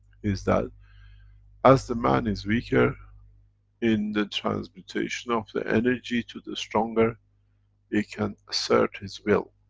is that as the man is weaker in the transmutation of the energy to the stronger it can assert his will,